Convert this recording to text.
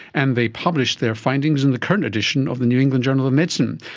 and they published their findings in the current edition of the new england journal of medicine.